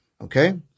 Okay